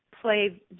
play